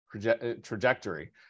trajectory